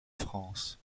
france